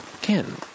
Ken